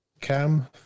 Cam